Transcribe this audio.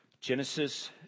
Genesis